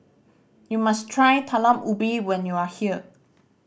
you must try Talam Ubi when you are here